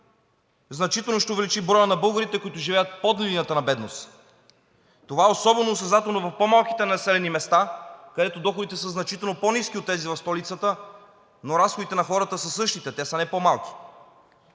значително ще увеличи броя на българите, които живеят под линията на бедност. Това е особено осезателно в по-малките населени места, където доходите са значително по-ниски от тези в столицата, но разходите на хората са същите. Те са не по-малки.